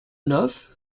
neuf